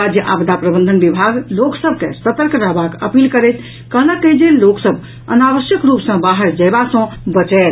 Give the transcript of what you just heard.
राज्य आपदा प्रबंधन विभाग लोक सभ के सतर्क रहबाक अपील करैत कहलक अछि जे लोक सभ अनावश्यक रूप सँ बाहर जयबा सँ बचथि